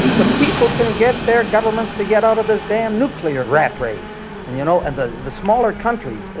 the people can get their governments to get out of this damn nuclear ratrace. and you know, and the the smaller countries,